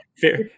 Fair